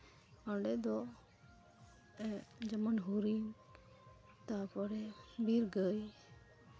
ᱚᱸᱰᱮ ᱫᱚ ᱡᱮᱢᱚᱱ ᱦᱚᱨᱤᱱ ᱛᱟᱨᱯᱚᱨᱮ ᱵᱤᱨ ᱜᱟᱹᱭ